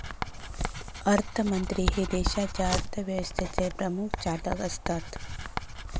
अर्थमंत्री हे देशाच्या अर्थव्यवस्थेचे प्रमुख चालक असतत